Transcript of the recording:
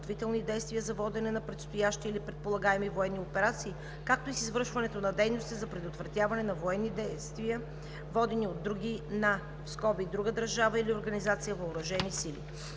за водене на предстоящи или предполагаеми военни операции, както и с извършването на дейности за предотвратяване на военни действия, водени от други (друга държава или организация) въоръжени сили.